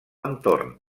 entorn